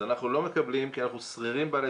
אז אנחנו לא מקבלים כי אנחנו שכירים בעלי